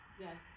Yes